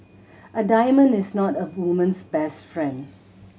a diamond is not a woman's best friend